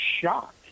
shocked